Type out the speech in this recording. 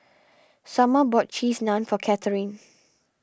Sommer bought Cheese Naan for Catharine